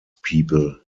people